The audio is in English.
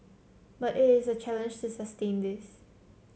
but it is a challenge to sustain this